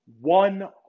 one